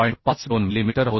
52 millimetre होत आहे